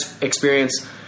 experience